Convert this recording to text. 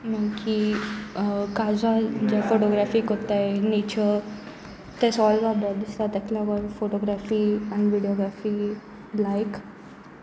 मागीर काजल जे फोटोग्राफी करता नेचर तें सगलें म्हाका बरें दिसता ताका लागून फोटोग्राफी आनी विडियोग्राफी लायक